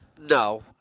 No